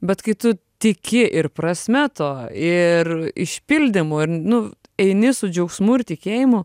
bet kai tu tiki ir prasme to ir išpildymu ir nu eini su džiaugsmu ir tikėjimu